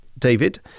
david